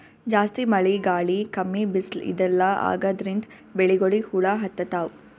ಜಾಸ್ತಿ ಮಳಿ ಗಾಳಿ ಕಮ್ಮಿ ಬಿಸ್ಲ್ ಇದೆಲ್ಲಾ ಆಗಾದ್ರಿಂದ್ ಬೆಳಿಗೊಳಿಗ್ ಹುಳಾ ಹತ್ತತಾವ್